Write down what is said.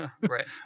Right